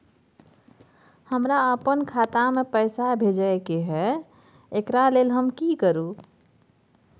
हमरा अपन खाता में पैसा भेजय के है, एकरा लेल हम की करू?